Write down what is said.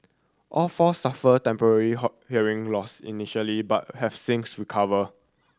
all four suffered temporary hearing loss initially but have since recovered